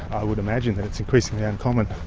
i would imagine that it's increasingly uncommon.